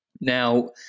Now